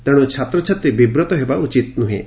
ତେଶ୍ ଛାତ୍ରଛାତ୍ରୀ ବିବ୍ରତ ହେବା ଉଚିତ ନୃହେଁ